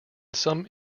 some